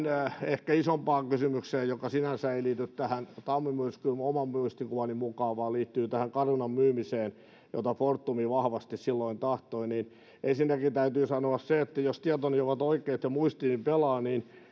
ehkä isompaan kysymykseen joka sinänsä ei liity tähän tapani myrskyyn minun oman muistikuvani mukaan vaan liittyy tähän carunan myymiseen jota fortum vahvasti silloin tahtoi ensinnäkin täytyy sanoa se että jos tietoni ovat oikeat ja muistini pelaa niin